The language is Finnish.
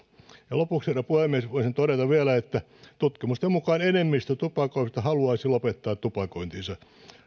lopuksi puhemies voisin todeta vielä että tutkimusten mukaan enemmistö tupakoivista haluaisi lopettaa tupakointinsa